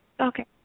Okay